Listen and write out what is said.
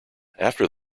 after